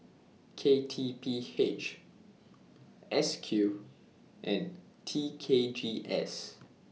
K T P H S Q and T K G S